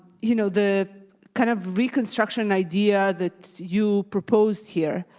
you know the kind of reconstruction idea that you proposed here